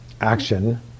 action